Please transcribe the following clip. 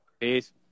Peace